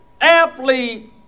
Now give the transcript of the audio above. athlete